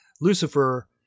Lucifer